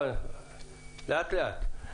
לאט לאט.